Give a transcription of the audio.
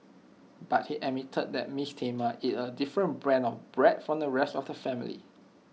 but he admitted that miss Thelma ate A different brand of bread from the rest of the family